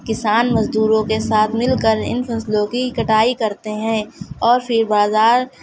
کسان مزدوروں کے ساتھ مل کر ان فصلوں کی کٹائی کرتے ہیں اور پھر بازار